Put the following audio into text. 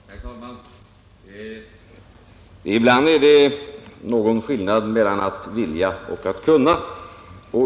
Herr talman! Ibland är det någon skillnad mellan att vilja och att kunna.